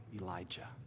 Elijah